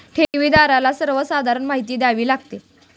ठेवीदाराला सर्वसाधारण माहिती द्यावी लागते